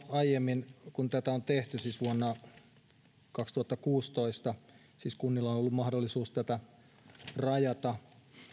aiemmin arveltu tulevan siis vuonna kaksituhattakuusitoista kun kunnilla on ollut mahdollisuus tätä rajata